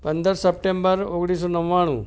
પંદર સપ્ટેમ્બર ઓગણીસસો નવ્વાણું